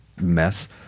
mess